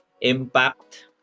Impact